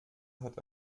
hat